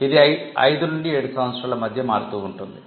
ఇది ఐదు నుండి ఏడు సంవత్సరాల మధ్య మారుతూ ఉంటుంది